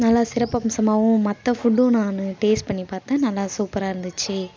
நல்லா சிறப்பம்சமாகவும் மற்ற ஃபுட்டும் நான் டேஸ்ட் பண்ணி பார்த்தேன் நல்லா சூப்பராக இருந்துச்சு